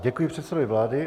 Děkuji předsedovi vlády.